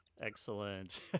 Excellent